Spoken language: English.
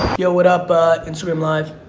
yeah what up instagram live.